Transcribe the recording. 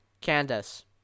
Candace